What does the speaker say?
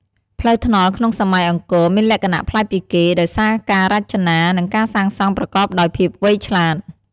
ផ្លូវថ្នល់ក្នុងសម័យអង្គរមានលក្ខណៈប្លែកពីគេ ដោយសារការរចនា និងការសាងសង់ប្រកបដោយភាពវៃឆ្លាត។